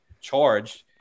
charged